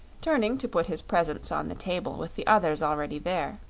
turning to put his presents on the table with the others already there.